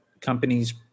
companies